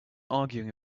arguing